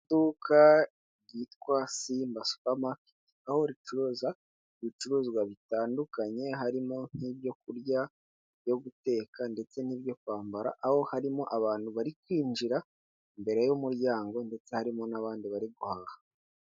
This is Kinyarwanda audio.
Iduka ryitwa Simba supermarket, aho ricuruza ibicuruzwa bitandukanye, harimo nk'ibyo kurya, ibyo guteka ndetse n'ibyo kwambara, aho harimo abantu bari kwinjira imbere y'umuryango ndetse harimo n'abandi bari guhaha.